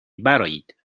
برآیید